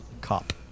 Cop